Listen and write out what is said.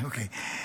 אוקיי.